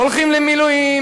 הולכים למילואים,